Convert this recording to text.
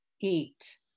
eat